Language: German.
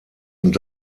und